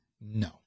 No